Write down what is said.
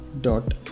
dot